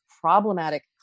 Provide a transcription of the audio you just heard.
problematic